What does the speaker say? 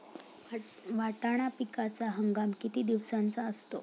वाटाणा पिकाचा हंगाम किती दिवसांचा असतो?